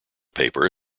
paper